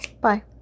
Bye